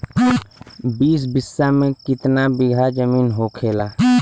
बीस बिस्सा में कितना बिघा जमीन होखेला?